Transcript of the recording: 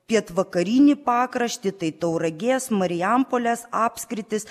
pietvakarinį pakraštį tai tauragės marijampolės apskritis